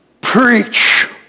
Preach